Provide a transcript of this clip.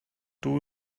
too